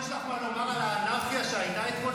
יש לך מה לומר על האנרכיה שהייתה אתמול,